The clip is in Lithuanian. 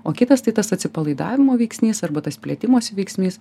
o kitas tai tas atsipalaidavimo veiksnys arba tas plėtimosi veiksnys